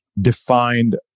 defined